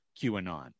QAnon